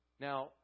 Now